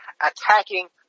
attacking